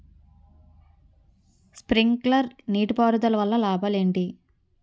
Sprinkler నీటిపారుదల వల్ల లాభాలు ఏంటి?